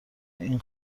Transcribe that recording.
این